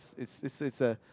it's it's it's a